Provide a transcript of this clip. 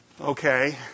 Okay